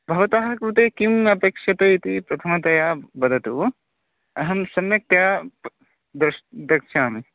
भवतः कृते किम् अपेक्षते इति प्रथमतया वदतु अहं सम्यक्तया दृश् द्रक्ष्यामि